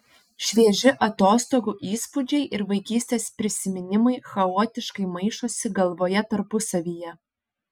švieži atostogų įspūdžiai ir vaikystės prisiminimai chaotiškai maišosi galvoje tarpusavyje